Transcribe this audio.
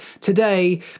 today